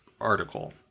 article